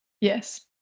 Yes